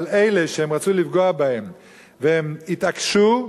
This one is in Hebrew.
אבל אלה, שהם רצו לפגוע בהם והם התעקשו,